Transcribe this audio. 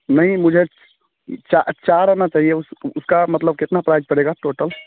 नहीं मुझे चार आना चाहिए उस उसका मतलब कितना प्राइस पड़ेगा टोटल